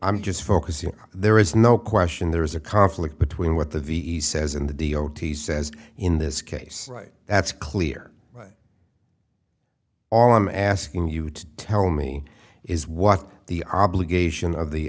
i'm just focusing there is no question there is a conflict between what the ve says and the d o t says in this case right that's clear all i'm asking you to tell me is what the obligation of the